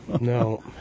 No